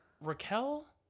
Raquel